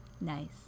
Nice